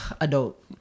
adult